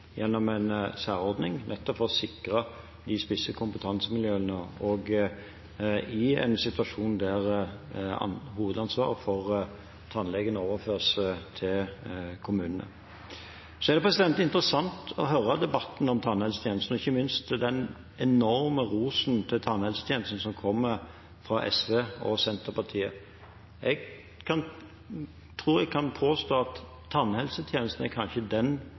gjennom en særordning, nettopp for å sikre de spisskompetansemiljøene i en situasjon der hovedansvaret for tannlegene overføres til kommunene. Så er det interessant å høre debatten om tannhelsetjenesten, ikke minst den enorme rosen til tannhelsetjenesten fra SV og Senterpartiet. Jeg tror jeg kan påstå at tannhelsetjenesten kanskje er den